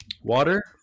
Water